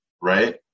right